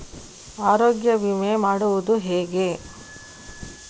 ಆರೋಗ್ಯ ವಿಮೆ ಮಾಡುವುದು ಹೇಗೆ?